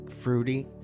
fruity